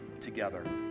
together